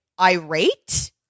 irate